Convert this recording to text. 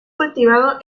cultivado